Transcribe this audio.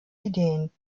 ideen